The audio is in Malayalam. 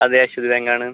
അതെ അശ്വതി ബാങ്ക് ആണ്